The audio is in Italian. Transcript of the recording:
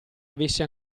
avesse